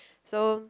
so